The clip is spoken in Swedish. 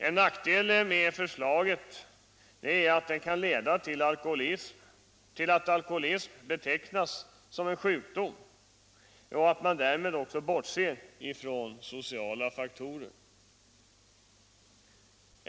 En nackdel med förslaget är att det kan leda till att alkoholism betecknas som en sjukdom och att man därmed också bortser från sociala faktorer.